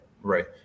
right